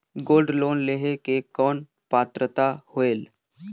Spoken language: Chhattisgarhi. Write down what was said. गोल्ड लोन लेहे के कौन पात्रता होएल?